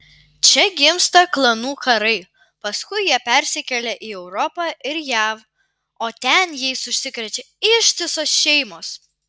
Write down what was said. čia gimsta klanų karai paskui jie persikelia į europą ir jav o ten jais užsikrečia ištisos šeimos